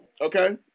okay